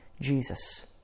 Jesus